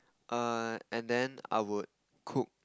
err and then I would cook